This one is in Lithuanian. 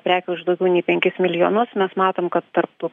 prekių už daugiau nei penkis milijonus mes matom kad tarp tų